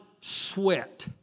sweat